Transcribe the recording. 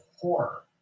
horror